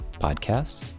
podcast